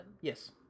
Yes